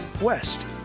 West